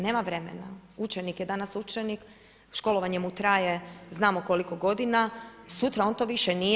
Nema vremena, učenik je danas učenik, školovanje mu traje znamo koliko godina, sutra on to više nije.